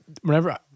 whenever